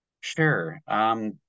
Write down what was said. Sure